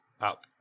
up